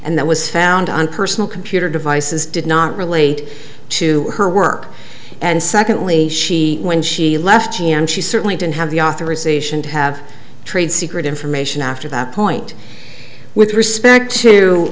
and that was found on personal computer devices did not relate to her work and secondly when she left she certainly didn't have the authorization to have trade secret information after that point with respect